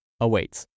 awaits